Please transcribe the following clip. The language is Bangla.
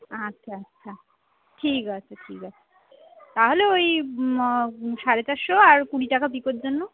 আচ্ছা আচ্ছা ঠিক আছে ঠিক আছে তাহলে ওই সাড়ে চারশো আর কুড়ি টাকা পিকোর জন্য